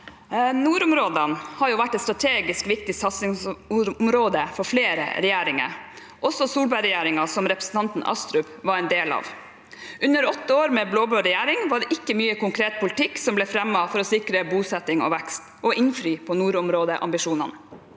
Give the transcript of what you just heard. Nordom- rådene har vært et strategisk viktig satsingsområde for flere regjeringer, også Solberg-regjeringen, som representanten Astrup var en del av. Under åtte år med blåblå regjering var det ikke mye konkret politikk som ble fremmet for å sikre bosetting og vekst og for å innfri når det gjelder nordområdeambisjonene.